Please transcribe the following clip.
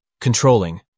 Controlling